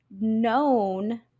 known